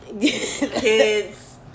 Kids